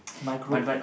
my group